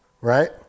right